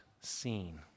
seen